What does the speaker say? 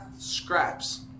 scraps